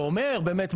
ואומר באמת,